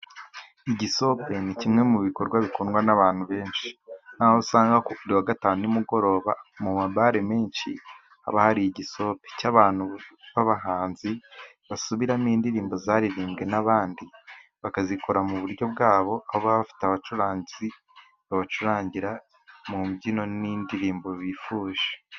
Igisope ni kimwe mu bikorwa bikundwa n'abantu benshi. Aho usanga kuri buri wa gatanu nimugoroba mu mabare menshi , haba hari igisope cy'abantu b'abahanzi , basubiramo indirimbo zaririmbwe n'abandi , bakazikora mu buryo bwabo , aho baba bafite abacuranzi babacurangira mu mbyino n'indirimbo bifuje.